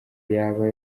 yaba